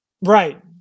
right